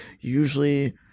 usually